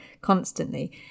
constantly